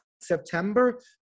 september